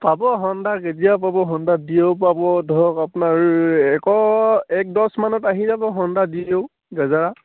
পাব Honda K T M পাব Honda দিও পাব ধৰক আপোনাৰ একৰ এক দহমানত আহি যাব হণ্ডা দিও গেজাৰা